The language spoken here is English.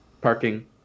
Parking